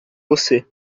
você